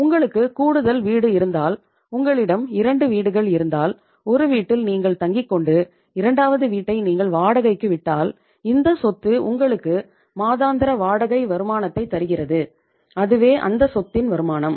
உங்களுக்கு கூடுதல் வீடு இருந்தால் உங்களிடம் இரண்டு வீடுகள் இருந்தால் ஒரு வீட்டில் நீங்கள் தாங்கிக்கொண்டு இரண்டாவது வீட்டை நீங்கள் வாடகைக்கு விட்டால் இந்த சொத்து உங்களுக்கு மாதாந்திர வாடகை வருமானத்தை தருகிறது அதுவே அந்த சொத்தின் வருமானம்